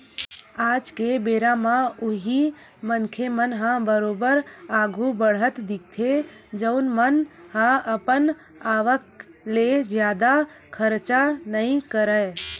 आज के बेरा म उही मनखे मन ह बरोबर आघु बड़हत दिखथे जउन मन ह अपन आवक ले जादा खरचा नइ करय